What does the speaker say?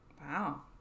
Wow